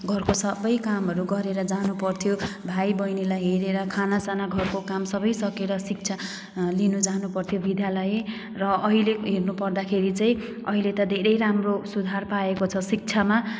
घरको सबै कामहरू गरेर जानुपर्थ्यो भाइबहिनीलाई हेरेर खानासाना घरको काम सबै सकेर शिक्षा लिनु जानुपर्थ्यो विद्यालय र अहिले हेर्नुपर्दाखेरि चाहिँ अहिले त धेरै राम्रो सुधार पाएको छ शिक्षामा